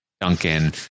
Duncan